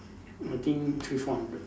I think three four hundred